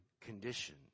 condition